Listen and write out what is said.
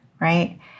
right